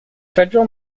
federal